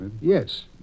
Yes